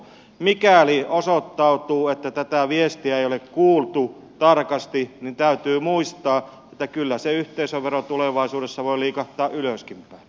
mikäli osoittautuu että tätä viestiä ei ole kuultu tarkasti niin täytyy muistaa että kyllä se yhteisövero tulevaisuudessa voi liikahtaa ylöskinpäin